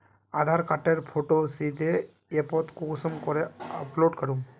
आधार कार्डेर फोटो सीधे ऐपोत कुंसम करे अपलोड करूम?